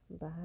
Bye